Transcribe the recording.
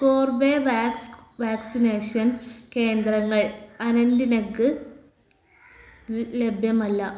Corbevax vaccination കേന്ദ്രങ്ങൾ അനന്ത്നാഗ് ലഭ്യമല്ല